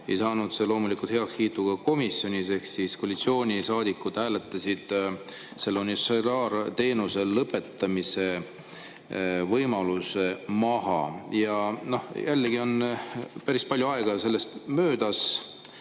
ei saanud see loomulikult heakskiitu komisjonis. Koalitsioonisaadikud hääletasid selle universaalteenuse lõpetamise võimaluse maha. Jällegi on päris palju aega sellest möödas.